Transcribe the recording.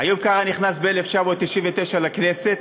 איוב קרא נכנס ב-1999 לכנסת,